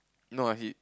no like he